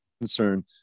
concern